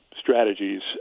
strategies